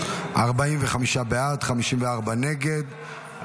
45 בעד, 54 נגד.